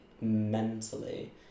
mentally